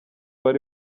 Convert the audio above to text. bari